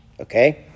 okay